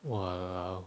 !walao!